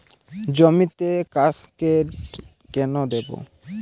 জমিতে কাসকেড কেন দেবো?